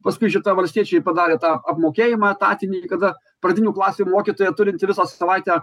paskui šita valstiečiai padarė tą apmokėjimą etatinį kada pradinių klasių mokytoja turinti visą savaitę